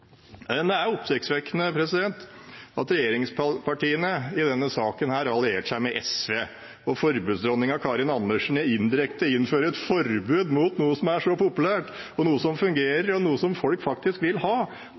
Det er oppsiktsvekkende at regjeringspartiene i denne saken har alliert seg med SV og forbudsdronningen Karin Andersen og indirekte innfører et forbud mot noe som er så populært, som fungerer, og som folk faktisk vil ha.